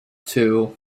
two